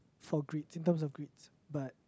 for grades in terms of grades but